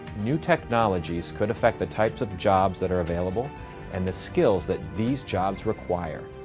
new technologies could affect the types of jobs that are available and the skills that these jobs require.